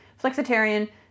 flexitarian